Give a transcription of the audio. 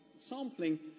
Sampling